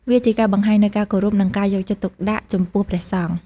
វាជាការបង្ហាញនូវការគោរព និងការយកចិត្តទុកដាក់ចំពោះព្រះសង្ឃ។